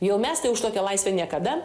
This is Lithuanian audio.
jau mes tai už tokią laisvę niekada